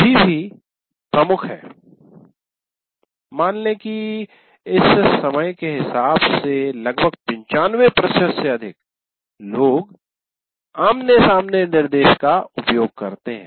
अभी भी प्रमुख है मान ले कि इस समय के हिसाब से लगभग 95 प्रतिशत से अधिक लोग आमने सामने निर्देश का उपयोग करते हैं